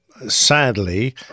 Sadly